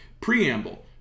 Preamble